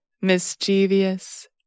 mischievous